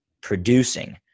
producing